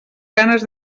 ganes